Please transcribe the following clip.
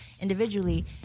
individually